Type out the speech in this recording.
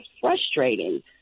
frustrating